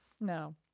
No